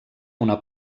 una